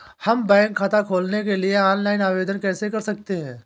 हम बैंक खाता खोलने के लिए ऑनलाइन आवेदन कैसे कर सकते हैं?